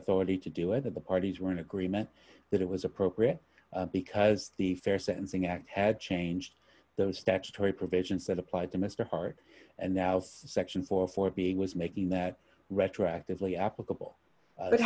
authority to do it that the parties were in agreement that it was appropriate because the fair sentencing act had changed those statutory provisions that applied to mr holder and now section four for being was making that retroactively applicable but